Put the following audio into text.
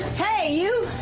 hey, you.